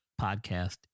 podcast